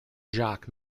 jock